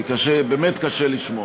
כי קשה, באמת קשה לשמוע.